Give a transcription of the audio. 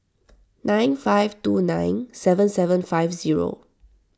nine five two nine seven seven five zero